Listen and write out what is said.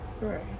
right